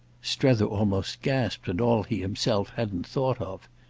strether almost gasped at all he himself hadn't thought of.